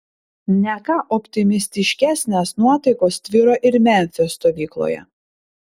ne ką optimistiškesnės nuotaikos tvyro ir memfio stovykloje